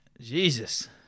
Jesus